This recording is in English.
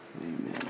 amen